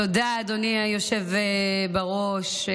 תודה, אדוני היושב בראש.